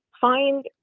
find